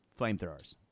flamethrowers